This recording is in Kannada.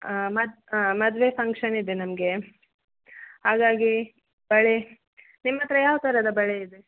ಮದ್ ಮದುವೆ ಫಂಕ್ಷನ್ ಇದೆ ನಮಗೆ ಹಾಗಾಗಿ ಬಳೆ ನಿಮ್ಮ ಹತ್ರ ಯಾವ ಥರದ ಬಳೆ ಇದೆ